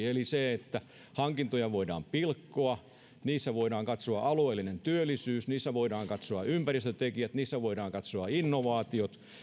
eli sen että hankintoja voidaan pilkkoa niissä voidaan katsoa alueellinen työllisyys niissä voidaan katsoa ympäristötekijät niissä voidaan katsoa innovaatiot